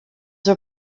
were